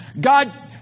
God